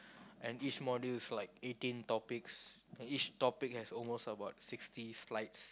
and each module is like eighteen topics and each topic has almost about sixty slides